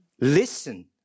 listen